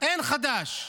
אין חדש.